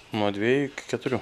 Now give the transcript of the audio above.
nuo dviejų iki keturių